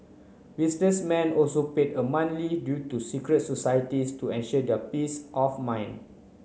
businessmen also paid a monthly due to secret societies to ensure their peace of mind